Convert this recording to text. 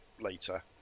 later